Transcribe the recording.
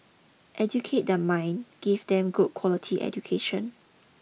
educate their mind give them good quality education